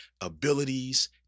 abilities